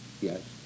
Yes